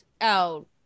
out